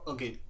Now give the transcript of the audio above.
Okay